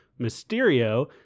Mysterio